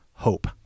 Hope